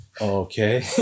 okay